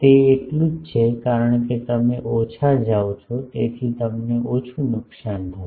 તે એટલું જ છે કારણ કે તમે ઓછા જાવ છો તેથી તમને ઓછું નુકસાન થશે